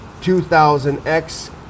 2000X